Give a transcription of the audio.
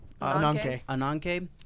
Ananke